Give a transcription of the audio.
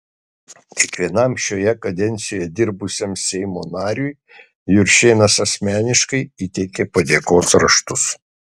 kiekvienam šioje kadencijoje dirbusiam seimo nariui juršėnas asmeniškai įteikė padėkos raštus